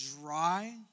dry